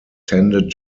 tended